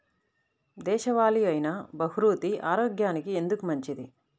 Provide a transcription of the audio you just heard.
దేశవాలి అయినా బహ్రూతి ఆరోగ్యానికి ఎందుకు మంచిది?